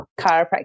chiropractor